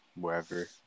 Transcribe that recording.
wherever